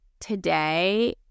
today